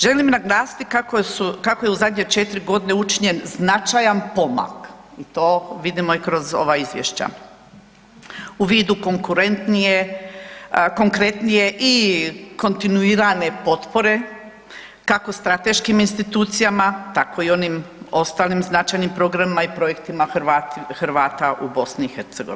Želim naglasiti kako je u zadnje 4 godine učinjen značajan pomak i to vidimo i kroz ova izvješća u vidu konkurentnije, konkretnije i kontinuirane potpore kako strateškim institucijama tako i onim ostalim značajnim programima i projektima Hrvata u BiH.